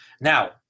Now